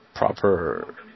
Proper